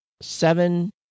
seven